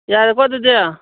ꯌꯥꯔꯦꯀꯣ ꯑꯗꯨꯗꯤ